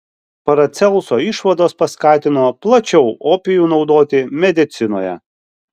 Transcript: paracelso išvados paskatino plačiau opijų naudoti medicinoje